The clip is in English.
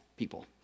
people